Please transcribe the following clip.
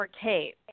Kate